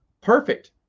perfect